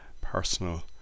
personal